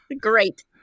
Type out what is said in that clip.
Great